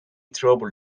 trouble